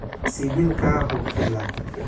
सीबील का होखेला?